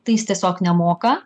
tai jis tiesiog nemoka